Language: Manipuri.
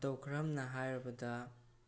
ꯃꯇꯧ ꯀꯔꯝꯅ ꯍꯥꯏꯔꯕꯗ